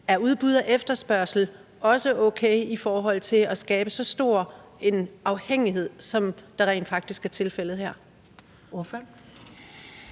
Er udbud og efterspørgsel også okay i forhold til at skabe så stor en afhængighed, som rent faktisk er tilfældet her?